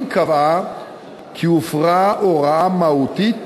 אם קבעה כי הופרה הוראה מהותית